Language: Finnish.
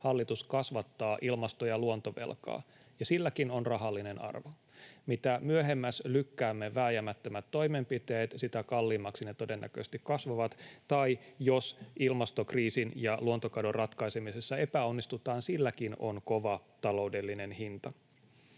hallitus kasvattaa ilmasto- ja luontovelkaa, ja silläkin on rahallinen arvo. Mitä myöhemmäs lykkäämme vääjäämättömät toimenpiteet, sitä kalliimmiksi ne todennäköisesti kasvavat, tai jos ilmastokriisin ja luontokadon ratkaisemisessa epäonnistutaan, silläkin on kova taloudellinen hinta.